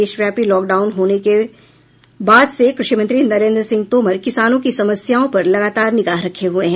देशव्यापी लॉकडाउन लागू होने के बाद से कृषि मंत्री नरेंद्र सिंह तोमर किसानों की समस्याओं पर लगातार निगाह रखे हुए हैं